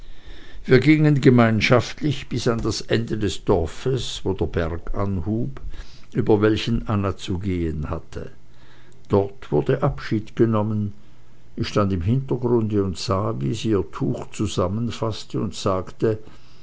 wir gingen gemeinschaftlich bis an das ende des dorfes wo der berg anhub über welchen anna zu gehen hatte dort wurde abschied genommen ich stand im hintergrunde und sah wie sie ihr tuch zusammenfaßte und sagte